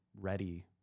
ready